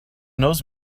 knows